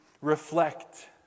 Reflect